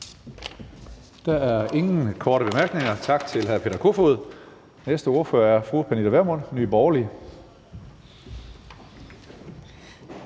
Der er ingen korte bemærkninger. Tak til hr. Peter Kofod. Næste ordfører er fru Pernille Vermund, Nye Borgerlige.